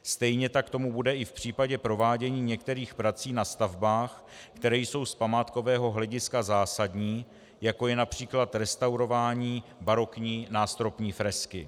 Stejně tak tomu bude i v případě provádění některých prací na stavbách, které jsou z památkového hlediska zásadní, jako je např. restaurování barokní nástropní fresky.